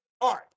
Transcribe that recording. art